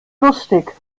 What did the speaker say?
lustig